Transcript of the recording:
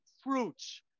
fruits